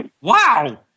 wow